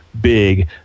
big